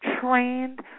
trained